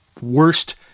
worst